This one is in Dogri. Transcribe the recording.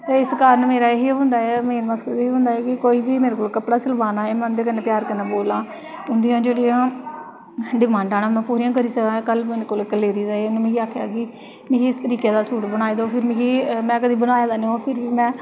इस कारण मेरा एह् ही होंदा ऐ मेन मकसद एह् ही होंदा ऐ कि कोई बी मेरे कोल कपड़ा सिलवान आए में उं'दे कन्नै प्यार कन्नै बोल्लां उं'दियां जेह्ड़ियां उं'दियां डमांडा पूरियां करी सकां कल्ल गी उ'नें मिगी आखेआ कि मिगी इस तरीके दा सूट बनाई देओ अगर में बनाए दा निं होग फिर बी में